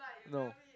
no